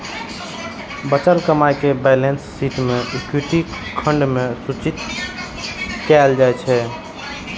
बचल कमाइ कें बैलेंस शीट मे इक्विटी खंड मे सूचित कैल जाइ छै